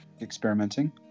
experimenting